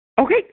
Okay